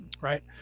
Right